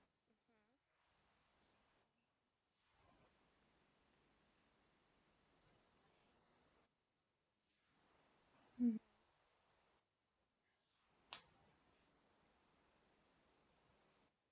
mm